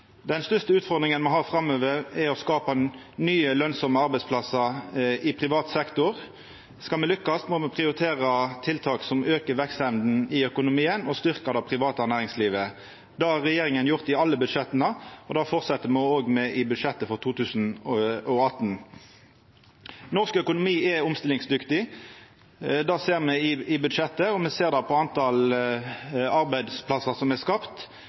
Den største utfordringa me har framover, er å skapa nye, lønsame arbeidsplassar i privat sektor. Skal me lykkast, må me prioritera tiltak som aukar vekstevna i økonomien og styrkjer det private næringslivet. Det har regjeringa gjort i alle budsjetta, og det fortset me med òg i budsjettet for 2018. Norsk økonomi er omstillingsdyktig. Det ser me i budsjettet, og me ser det på talet på arbeidsplassar som er